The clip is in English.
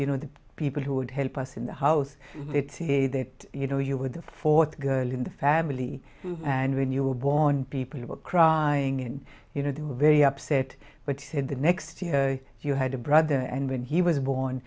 you know the people who would help us in the house that say that you know you were the fourth girl in the family and when you were born people were crying and you know they were very upset but in the next year you had a brother and when he was born